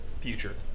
future